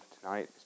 tonight